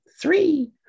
three